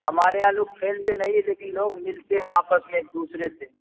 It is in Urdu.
ہمارے یہاں لوگ کھیلتے نہیں ہے لیکن لوگ ملتے ہیں آپس میں ایک دوسرے سے